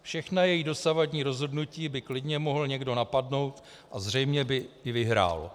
Všechna její dosavadní rozhodnutí by klidně mohl někdo napadnout a zřejmě by i vyhrál.